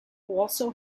also